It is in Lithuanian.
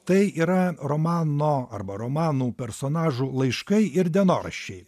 tai yra romano arba romanų personažų laiškai ir dienoraščiai